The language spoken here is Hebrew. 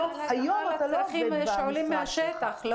לו: "היום אתה לא עובד במשרד שלך".